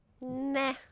Nah